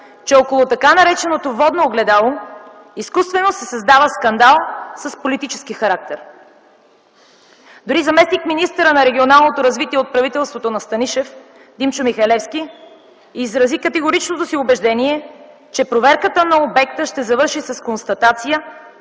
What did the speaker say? че около така нареченото „Водно огледало” изкуствено се създава скандал с политически характер. Дори заместник-министърът на регионалното развитие и благоустройството в правителството на Сергей Станишев – Димчо Михалевски, изрази категоричното си убеждение, че проверката на обекта ще завърши с констатация,